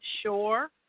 sure